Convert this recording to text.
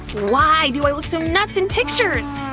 why do i look so nuts in pictures!